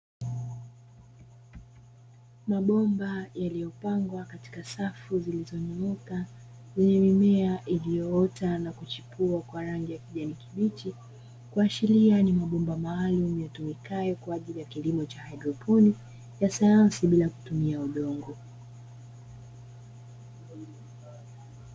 Mabomba yaliyopangwa katika safu safi mimea iliyoota na kuchipua kwa rangi ya kijani kibichi kuashiria nimegundua maalum yatumikae kwa ajili ya kilimo cha hydroponic ya sayansi bila kutumia udongo.